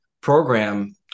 program